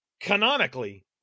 canonically